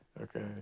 Okay